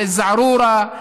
על א-זערורה,